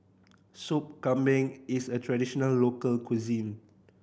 Sop Kambing is a traditional local cuisine